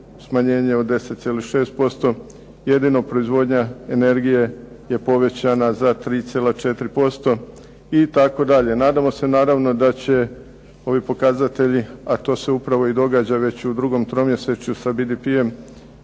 smanjenje od 10,6%. Jedino proizvodnja energije je povećana za 3,4% itd. Nadamo se naravno da će ovi pokazatelji a to se upravo i događa već u drugom tromjesečju sa BDP-em